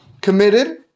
committed